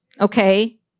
Okay